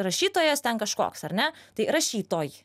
rašytojas ten kažkoks ar ne tai rašytoj